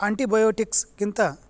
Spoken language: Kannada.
ಆಂಟಿಬಯೋಟಿಕ್ಸ್ಗಿಂತ